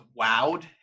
wowed